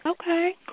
Okay